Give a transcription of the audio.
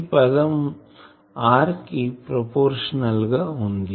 ఈ పదం r కి ప్రొఫార్మాషనల్ గా వుంది